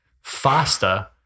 faster